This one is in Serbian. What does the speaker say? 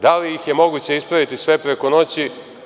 Da li ih je moguće ispraviti sve preko noći?